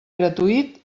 gratuït